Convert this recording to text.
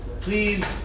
Please